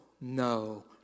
no